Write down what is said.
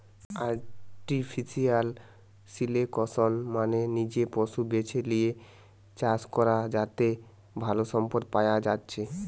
artificial selection মানে নিজে পশু বেছে লিয়ে চাষ করা যাতে ভালো সম্পদ পায়া যাচ্ছে